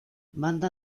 manda